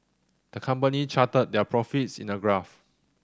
the company charted their profits in a graph